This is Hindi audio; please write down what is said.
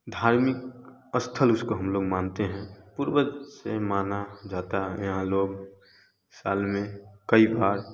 धार्मिक स्थल उसको हम लोग मानते हैं पूर्वज से माना जाता यहाँ लोग साल में कई बार